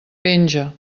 penja